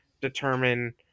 determine